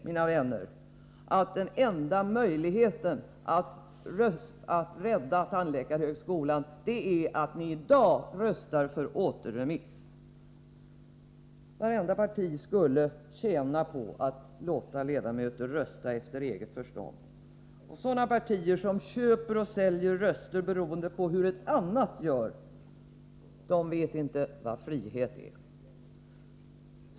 Ni skall veta att den enda möjligheten att rädda tandläkarhögskolan är att ni i dag röstar för en återremiss av ärendet. Om alla partier lät sina ledamöter rösta efter eget förstånd, skulle de tjäna på det. Sådana partier som köper och säljer röster, beroende på hur ett annat parti handlar, vet inte vad frihet är.